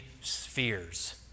spheres